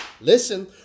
Listen